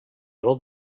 old